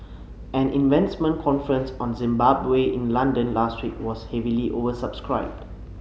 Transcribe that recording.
an investment conference on Zimbabwe in London last week was heavily oversubscribed